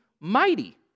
mighty